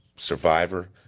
Survivor